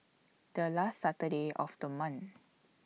The last Saturday of The month